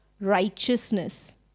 righteousness